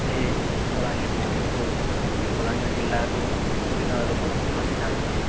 ସେହି ବଲାଙ୍ଗୀର ଡିଷ୍ଟ୍ରିକ୍ଟକୁ ବଲାଙ୍ଗୀର ଜିଲ୍ଲାକୁ ବିଭିନ୍ନ ଲୋକ ଆସିଥାନ୍ତି